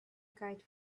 kite